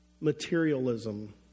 Materialism